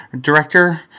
director